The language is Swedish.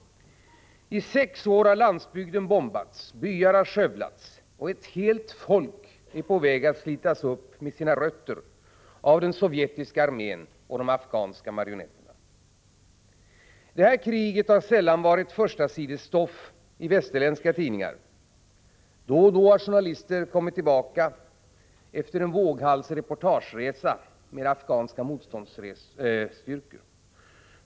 I sex år har landsbygden bombats, byar skövlats, och ett helt folk är på väg att slitas upp med sina rötter av den sovjetiska armén och de afghanska marionetterna. Detta krig har sällan varit förstasidesstoff i västerländska Prot. 1985/86:70 = tidningar. Då och då har journalister kommit tillbaka efter en våghalsig S februari 1986 reportageresa med afghanska motståndsstyrkor.